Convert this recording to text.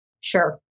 Sure